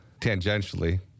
tangentially